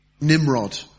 Nimrod